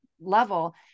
level